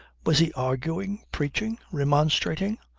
was he arguing, preaching, remonstrating?